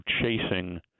chasing